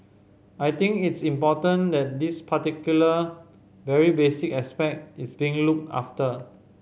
I think it's important that this particular very basic aspect is being looked after